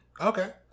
Okay